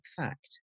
fact